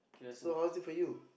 so how is it for you